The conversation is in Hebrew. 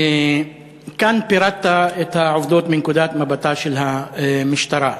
כאן פירטת את העובדות מנקודת מבטה של המשטרה.